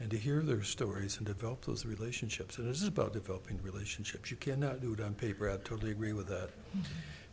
and to hear their stories and develop those relationships it is about developing relationships you cannot do it on paper it totally agree with that